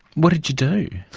what did you do?